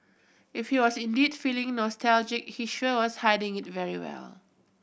if he was indeed feeling nostalgic he sure was hiding it very well